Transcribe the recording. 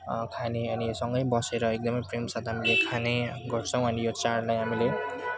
खाने अनि सँगै बसेर एकदमै प्रेमसाथ हामीले खाने गर्छौँ अनि यो चाड नै हामीले